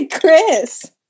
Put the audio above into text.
Chris